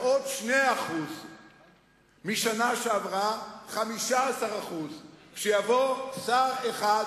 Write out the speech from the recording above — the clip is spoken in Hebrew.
ועוד 2% מהשנה שעברה, 15%. שיבוא שר אחד,